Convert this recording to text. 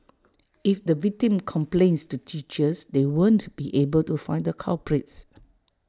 if the victim complains to teachers they won't be able to find the culprits